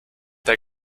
der